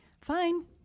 fine